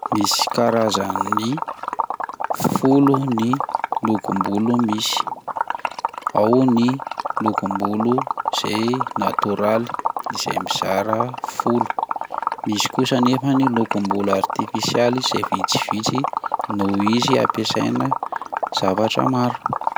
Misy karazany folo ny lokom-bolo misy ao ny lokom-bolo zay natoraly izay mizara folo misy kosa nefa ny lokom-bolo artifisialy zay vitsivitsy noho izy ampiasana zavatra maro.